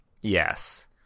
Yes